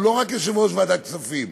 הוא לא רק יושב-ראש ועדת הכספים,